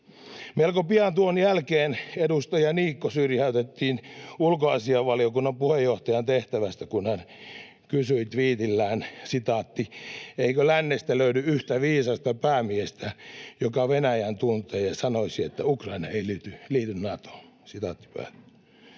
Melko pian tuon jälkeen edustaja Niikko syrjäytettiin ulkoasiainvaliokunnan puheenjohtajan tehtävästä, kun kysyi tviitillään, ”eikö lännestä löydy yhtä viisasta päämiestä, joka Venäjän tuntee, ja sanoisi, että Ukraina ei liity Natoon”.